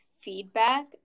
feedback